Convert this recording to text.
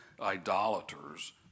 idolaters